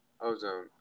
ozone